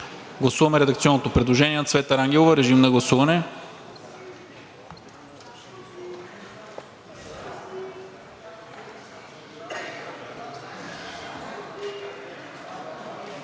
Гласуваме редакционното предложение на Цвета Рангелова. Режим на гласуване.